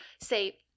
say